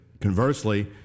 conversely